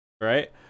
right